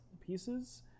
pieces